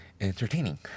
entertaining